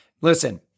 Listen